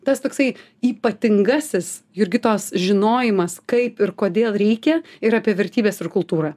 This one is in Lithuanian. tas toksai ypatingasis jurgitos žinojimas kaip ir kodėl reikia ir apie vertybes ir kultūrą